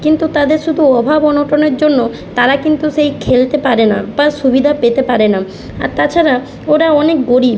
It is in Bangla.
কিন্তু তাদের শুধু অভাব অনটনের জন্য তারা কিন্তু সেই খেলতে পারে না বা সুবিধা পেতে পারে না আর তাছাড়া ওরা অনেক গরীব